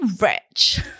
rich